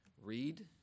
Read